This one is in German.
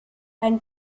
ein